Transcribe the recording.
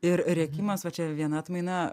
ir rėkimas va čia viena atmaina